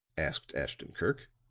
asked ashton-kirk.